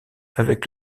avec